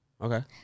okay